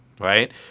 Right